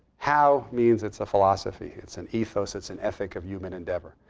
how means it's a philosophy. it's an ethos. it's an ethic of human endeavor.